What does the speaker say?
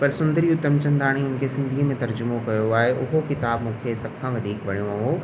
पर सुंदरी उतमचंदाणीअ खे सिंधीअ में तर्जुमो कयो आहे उहो किताबु मूंखे सभु खां वधीक वणियो हुओ